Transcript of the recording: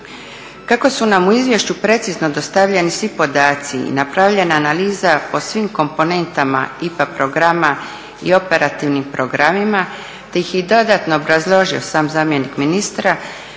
Kako su nam u izvješću precizno dostavljeni svi podaci i napravljena analiza po svim komponentama IPA programa i operativnim programima te ih je dodatno obrazložio sam zamjenik ministra,